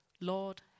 Lord